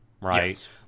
right